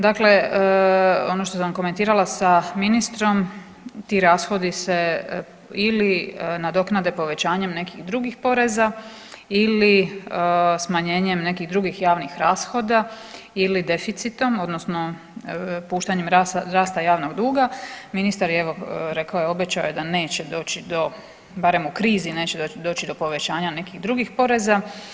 Dakle, ono što sam komentirala sa ministrom ti rashodi se ili nadoknade povećanjem nekih drugih poreza ili smanjenjem nekih drugih javnih rashoda ili deficitom odnosno puštanjem rasta javnog duga ministar je evo rekao i obećao je da neće doći do barem u krizi neće doći do povećanja nekih drugih poreza.